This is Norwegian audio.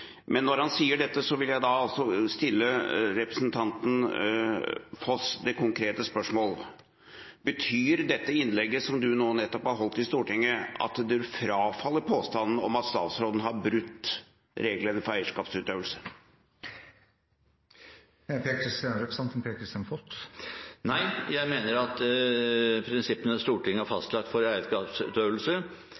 Men når han sier dette, vil jeg stille representanten Foss det konkrete spørsmålet: Betyr dette innlegget som han nettopp nå holdt i Stortinget, at han frafaller påstanden om at statsråden har brutt reglene for eierskapsutøvelse? Nei. Jeg mener at prinsippene Stortinget har